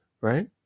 right